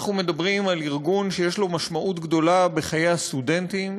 אנחנו מדברים על ארגון שיש לו משמעות גדולה בחיי הסטודנטים,